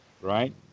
Right